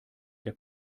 der